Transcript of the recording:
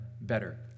better